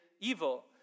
evil